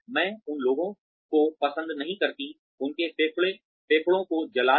मैं उन लोगों को पसंद नहीं करती उनके फेफड़ों को जलाना